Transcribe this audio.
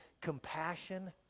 Compassion